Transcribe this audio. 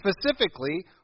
specifically